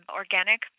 organic